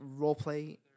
roleplay